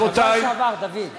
רבותי, בשבוע שעבר, דוד.